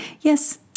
Yes